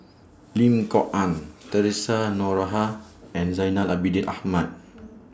Lim Kok Ann Theresa Noronha and Zainal Abidin Ahmad